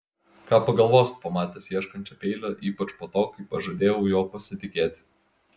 ką pagalvos pamatęs ieškančią peilio ypač po to kai pažadėjau juo pasitikėti